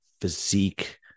physique